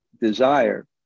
desire